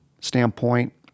standpoint